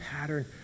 pattern